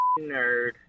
nerd